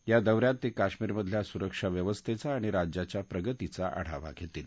या दौ यात ते काश्मिरमधल्या सुरक्षा व्यवस्थेचा आणि राज्याच्या प्रगतीचा आढावा घेतील